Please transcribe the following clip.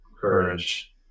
courage